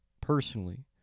personally